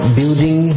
building